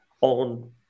On